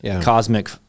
cosmic